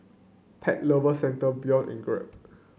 Pet Lover Centre Biore and Grab